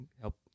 help